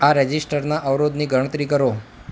આ રજિસ્ટરના અવરોધની ગણતરી કરો